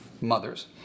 mothers